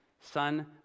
son